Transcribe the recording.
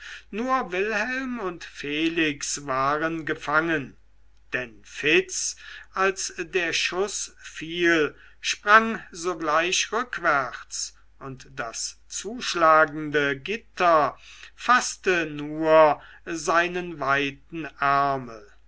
nur wilhelm und felix waren gefangen denn fitz als der schuß fiel sprang sogleich rückwärts und das zuschlagende gitter faßte nur seinen weiten ärmel